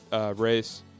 Race